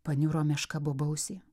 paniuro meška bobausė